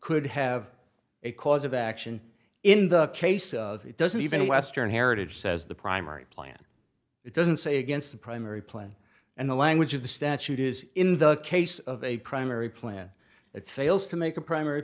could have a cause of action in the case of it doesn't even western heritage says the primary plan it doesn't say against the primary plan and the language of the statute is in the case of a primary plan that fails to make a primary